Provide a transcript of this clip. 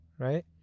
right